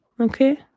Okay